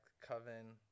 Coven